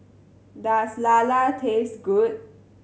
does lala taste good